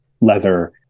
leather